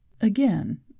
Again